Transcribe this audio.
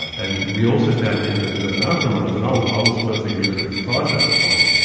and we also found in the and marathon runners, and i was i was personally really, really surprised about this finding,